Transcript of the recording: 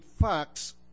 facts